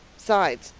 sides,